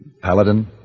Paladin